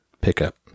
pickup